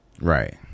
Right